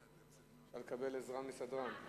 יכול לקבל עזרה מסדרן.